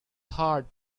hard